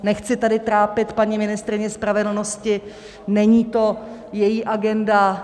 Nechci tady trápit paní ministryni spravedlnosti, není to její agenda.